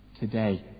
today